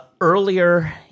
Earlier